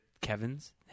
Kevin's